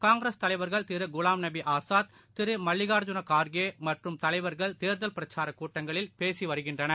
காங்கிரஸ் தலைவா்கள் திருகுலாம்நபிஆஸாத் திருமல்லிகாஜூன் கார்கேமற்றும் தலைவா்கள் தேர்தல் பிரச்சாரகூட்டங்களில் பேசிவருகின்றனர்